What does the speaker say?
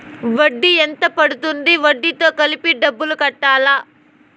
వడ్డీ ఎంత పడ్తుంది? వడ్డీ తో కలిపి డబ్బులు కట్టాలా?